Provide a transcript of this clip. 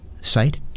site